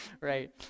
right